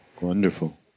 Wonderful